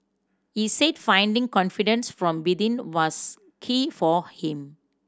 he said finding confidence from within was key for him